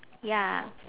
ya